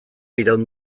iraun